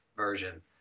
version